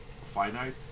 finite